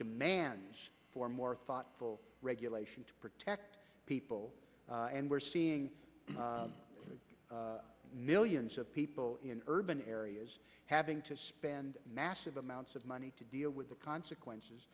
demand for more thoughtful regulation to protect people and we're seeing millions of people in urban areas having to spend massive amounts of money to deal with the consequences